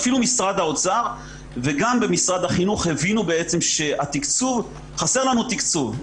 אפילו משרד האוצר וגם משרד החינוך הבינו שחסר לנו תקצוב.